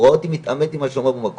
הוא רואה אותי מתעמת עם השומר במקום,